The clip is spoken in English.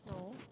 no